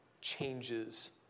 changes